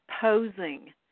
posing